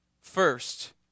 First